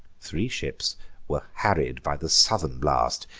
three ships were hurried by the southern blast,